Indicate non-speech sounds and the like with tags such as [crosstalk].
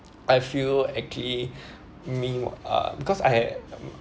I feel actually mean [breath] uh because I had